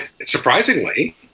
Surprisingly